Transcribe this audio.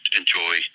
enjoy